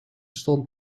stond